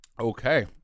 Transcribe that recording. Okay